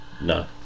no